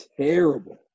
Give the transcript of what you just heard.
terrible